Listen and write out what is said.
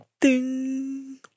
ding